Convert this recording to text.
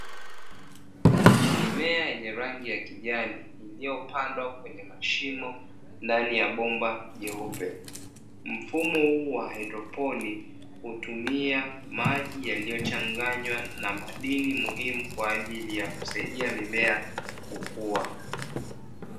Mimea yenye rangi ya kijani iliyopandwa kwenye mashimo ndani ya bomba jeupe. Mfumo huu wa haidroponi hutumia maji yaliyochanganywa na madini muhimu kwa ajili ya kusaidia mimea kukua.